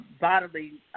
bodily